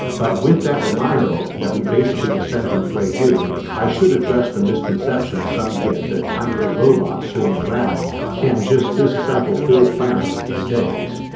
but with that reminder that we basically descend from grey goo i should address the misconception some get that tiny little robots swarming around can just disassemble whole planets in days.